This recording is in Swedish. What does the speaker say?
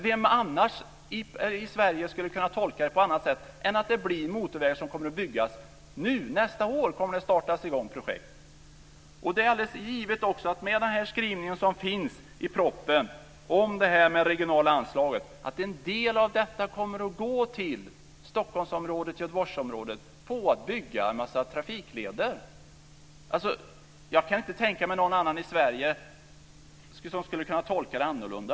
Vem i Sverige skulle kunna tolka det på annat sätt än att motorvägar nu kommer byggas? Nästa år kommer projekt att sättas i gång. Med den skrivning om det regionala anslaget som finns i propositionen är det alldeles givet att en del av det kommer att gå till att bygga en mängd trafikleder i Stockholmsområdet och Göteborgsområdet. Jag kan inte tänka mig att någon annan i Sverige skulle kunna tolka det annorlunda.